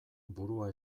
burua